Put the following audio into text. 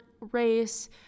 race